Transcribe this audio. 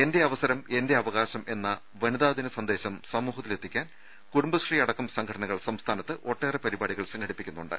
എന്റെ അവസരം എന്റെ അവകാശം എന്ന വനിതാദിന സന്ദേശം സമൂഹത്തിലെത്തിക്കാൻ കുടുംബശ്രീ അടക്കം സംഘടനകൾ സംസ്ഥാനത്ത് ഒട്ടേറെ പരിപാടികൾ സംഘടിപ്പിക്കുന്നുണ്ട്